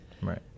Right